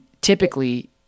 typically